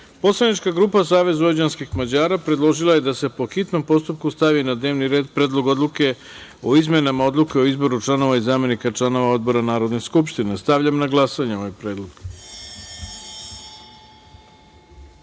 predlog. Poslanička grupa Savez vojvođanskih Mađara predložila je da se, po hitnom postupku, stavi na dnevni red Predlog odluke o izmenama Odluke o izboru članova i zamenika članova odbora Narodne skupštine. Stavljam na glasanje ovaj